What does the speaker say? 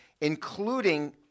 including